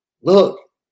Look